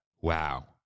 wow